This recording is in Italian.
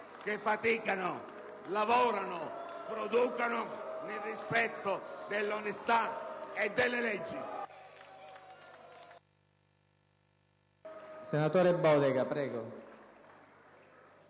che faticano, lavorano e producono nel rispetto dell'onestà e delle leggi!